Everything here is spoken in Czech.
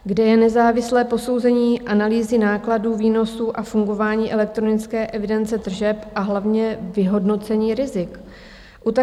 Kde je nezávislé posouzení analýzy nákladů, výnosů a fungování elektronické evidence tržeb a hlavně vyhodnocení rizik?